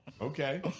Okay